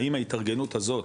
האם ההתארגנות הזאת